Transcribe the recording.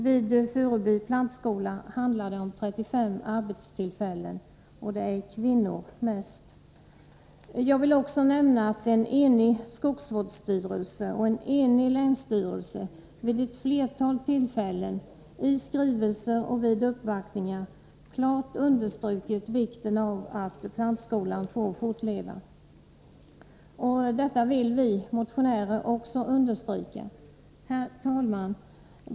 Vid Furuby plantskola handlar det om 35 arbetstillfällen — de anställda är kvinnor mest! Jag vill också nämna att en enig skogsvårdsstyrelse och en enig länsstyrelse vid ett flertal tillfällen, i skrivelser och vid uppvaktningar, klart understrukit vikten av att plantskolan får fortleva. Detta vill vi motionärer också understryka. Herr talman!